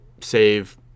save